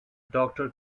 doctor